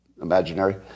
imaginary